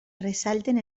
ressalten